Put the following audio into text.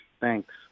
Thanks